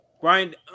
Brian